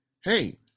hey